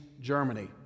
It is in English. Germany